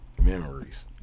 Memories